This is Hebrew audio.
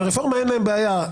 הרפורמה אין להם בעיה.